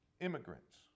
immigrants